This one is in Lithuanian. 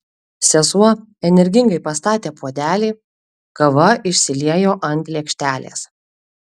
sesuo energingai pastatė puodelį kava išsiliejo ant lėkštelės